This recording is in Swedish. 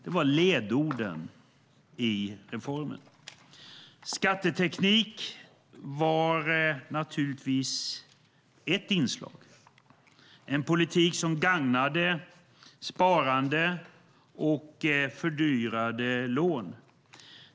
Det var ledorden i reformen. Skatteteknik var naturligtvis ett inslag. Det var en politik som gagnade sparande och fördyrade lån.